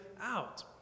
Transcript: out